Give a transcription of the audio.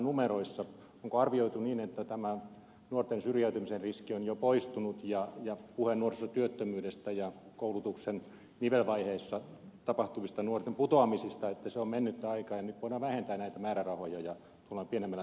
onko arvioitu niin että tämä nuorten syrjäytymisen riski on jo poistunut ja puhe nuorisotyöttömyydestä ja koulutuksen nivelvaiheessa tapahtuvista nuorten putoamisista on mennyttä aikaa ja nyt voidaan vähentää näitä määrärahoja ja tullaan pienemmällä toimeen